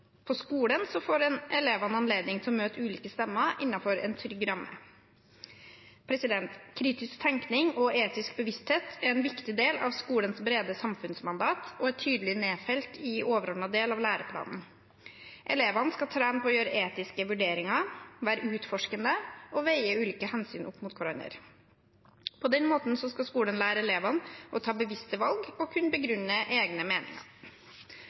På skolen får elevene anledning til å møte ulike stemmer innenfor en trygg ramme. Kritisk tenkning og etisk bevissthet er en viktig del av skolens brede samfunnsmandat og er tydelig nedfelt i overordnet del av læreplanen. Elevene skal trene på å gjøre etiske vurderinger, være utforskende og veie ulike hensyn opp mot hverandre. På den måten skal skolen lære elevene å ta bevisste valg og kunne begrunne egne meninger.